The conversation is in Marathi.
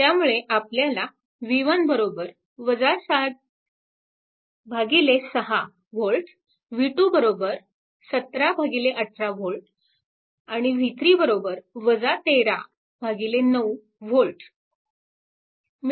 त्यामुळे आपल्याला v1 7 6 V v2 1718 V v3 139 V मिळते